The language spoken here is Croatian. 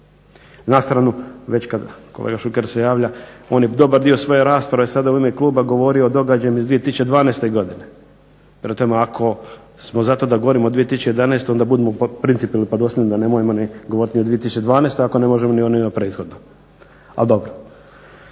Na stranu već kad kolega Šuker se javlja, on je dobar dio svoje rasprave sada u ime kluba govori o događajima iz 2012. godine, prema tome ako smo za to da govorimo o 2011. onda budimo principijelni, pa dosljedni, pa onda nemojmo ni govoriti ni o 2012. ako ne možemo ni o prethodnoj, al dobro.